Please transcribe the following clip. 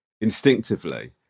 instinctively